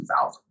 2000